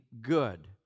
good